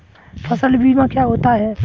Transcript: फसल बीमा क्या होता है?